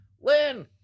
lynn